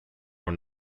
were